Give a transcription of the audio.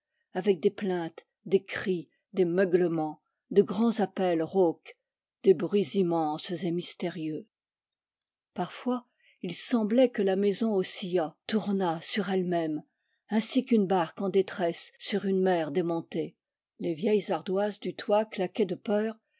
avec des plaintes des cris des meuglements de grands appels rauques des bruits immenses et mystérieux parfois il semblait que la maison oscillât tournât sur elle-même ainsi qu'une barque en détresse sur une mer démontée les vieilles ardoises du toit claquaient de peur